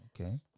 Okay